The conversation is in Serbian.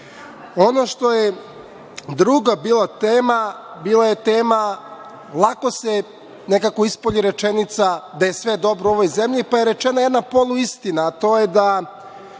što je bila druga tema, bila je tema, lako se nekako ispolji rečenica da je sve dobro u ovoj zemlji, pa je rečena jedna poluistina, a to je da